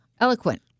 Eloquent